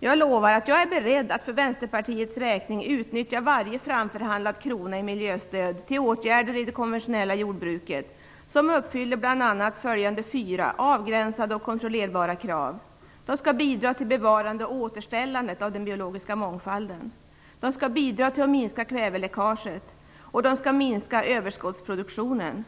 Jag lovar att jag är beredd att för Vänsterpartiets räkning utnyttja varje framförhandlad krona i miljöstöd till åtgärder i det konventionella jordbruket som uppfyller bl.a. följande fyra avgränsade och kontrollerbara krav. De skall bidra till bevarandet och återställandet av den biologiska mångfalden. De skall bidra till att minska kväveläckaget. De skall minska överskottsproduktionen.